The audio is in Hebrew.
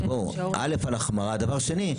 אל"ף על החמרה ודבר שני,